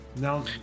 now